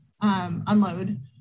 Unload